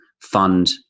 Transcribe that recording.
fund